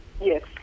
Yes